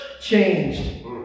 changed